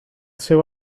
seu